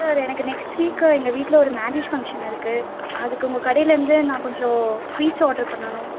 sir எனக்கு next வீக்கு எங்கள் வீட்டில ஒரு மேரேஜ் ஃபங்க்ஷன் இருக்குது அதுக்கு உங்கள் கடையில் இருந்து நான் கொஞ்சம் ஸ்வீட்ஸ் ஆர்டர் பண்ணணும்